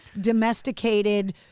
domesticated